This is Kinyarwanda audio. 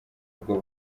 ubwo